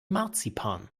marzipan